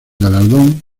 galardón